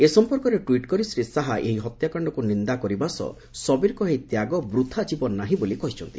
ଏ ସମ୍ପର୍କରେ ଟୁଇଟ୍ କରି ଶ୍ରୀ ଶାହା ଏହି ହତ୍ୟାକାଣ୍ଡକୁ ନିନ୍ଦା କରିବା ସହ ସବୀରଙ୍କର ଏହି ତ୍ୟାଗ ବୃଥା ଯିବ ନାହିଁ ବୋଲି କହିଛନ୍ତି